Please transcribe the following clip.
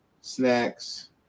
snacks